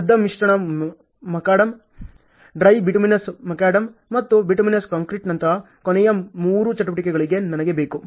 ಆರ್ದ್ರ ಮಿಶ್ರಣ macadam dry bituminous macadam ಮತ್ತು ಬಿಟುಮಿನಸ್ ಕಾಂಕ್ರೀಟ್ನಂತಹ ಕೊನೆಯ ಮೂರು ಚಟುವಟಿಕೆಗಳಿಗೆ ನನಗೆ ಬೇಕು